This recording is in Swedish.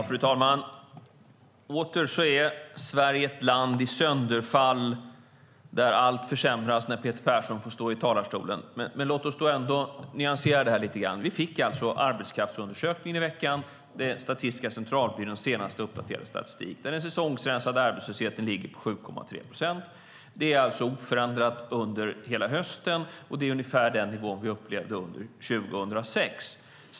Fru talman! Åter när Peter Persson får stå i talarstolen är Sverige ett land i sönderfall där allt försämras. Låt oss nyansera detta lite grann! Vi fick arbetskraftsundersökningen i veckan. Det är Statistiska centralbyråns senaste uppdaterade statistik. Den säsongsrensade arbetslösheten ligger där på 7,3 procent. Det var oförändrat under hela hösten, och det är ungefär den nivån vi upplevde under 2006.